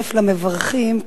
להצטרף למברכים.